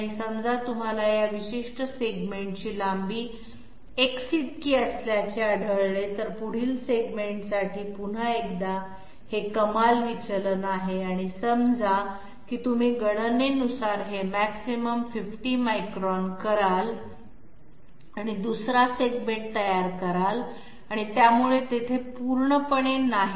आणि समजा तुम्हाला या विशिष्ट सेगमेंटची लांबी X इतकी असल्याचे आढळले तर पुढील सेगमेंटसाठी पुन्हा एकदा हे कमाल विचलन आहे आणि समजा की तुम्ही गणनेनुसारहे मॅक्सिमम 50 मायक्रोन कराल आणि दुसरा सेगमेंट तयार कराल आणि त्यामुळे तेथे पूर्णपणे नाही